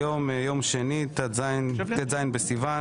היום יום שני, ט"ז בסיון